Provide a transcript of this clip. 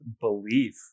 belief